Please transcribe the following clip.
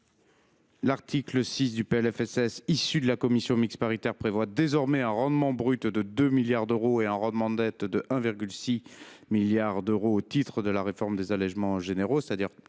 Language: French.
pour 2025, issu des travaux de la commission mixte paritaire, prévoit désormais un rendement brut de 2 milliards d’euros et un rendement net de 1,6 milliard d’euros au titre de la réforme des allégements généraux,